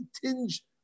tinge